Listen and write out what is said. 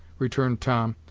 returned tom,